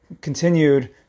continued